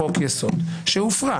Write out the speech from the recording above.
חוקי היסוד כחוקים בעלי מעמד מיוחד.